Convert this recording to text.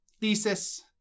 thesis